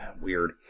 Weird